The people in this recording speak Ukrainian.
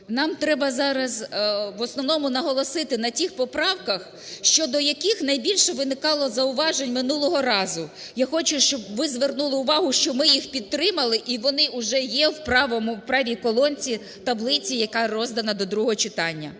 Нам треба зараз в основному наголосити на тих поправках, щодо яких найбільше виникало зауважень минулого разу. Я хочу, щоб ви звернули увагу, що ми їх підтримали і вони уже є в правому… в правій колонці таблиці, яка роздана до другого читання.